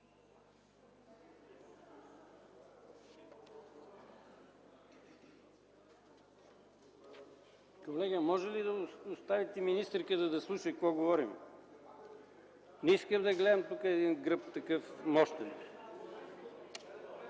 Колега, може ли да оставите министърката да слуша какво говорим? Не искам да гледам тук един такъв мощен